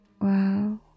wow